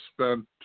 spent